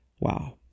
Wow